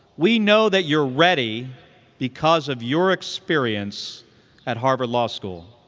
we know that you're ready because of your experience at harvard law school.